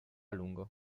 lungo